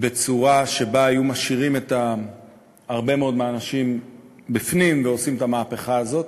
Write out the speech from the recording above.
בצורה שבה היו משאירים הרבה מאוד מהאנשים בפנים ועושים את המהפכה הזאת,